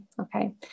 Okay